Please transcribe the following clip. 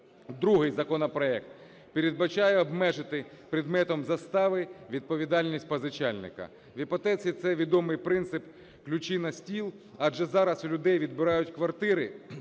Другий законопроект передбачає обмежити предметом застави відповідальність позичальника. В іпотеці це відомий принцип "ключі на стіл", адже зараз у людей відбирають квартири,